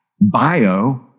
Bio